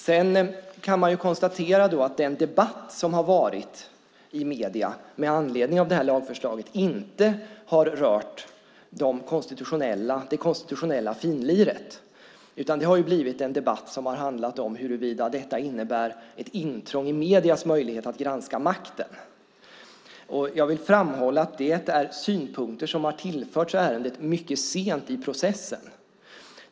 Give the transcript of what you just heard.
Man kan konstatera att den debatt som varit i medierna med anledning av det här lagförslaget inte har rört det konstitutionella finliret, utan det har blivit en debatt som handlar om huruvida detta innebär ett intrång i mediers möjligheter att granska makten. Jag vill framhålla att det är synpunkter som mycket sent i processen tillförts ärendet.